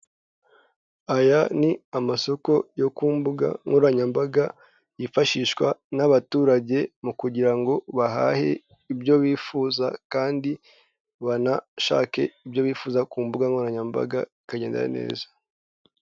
Aya ni amasoko yo ku mbuga nkoranyambaga yifashishwa n'abaturage mu kugira ngo bahahe ibyo bifuza kandi banashake ibyo bifuza ku mbuga nkoranyambaga bikagendana neza.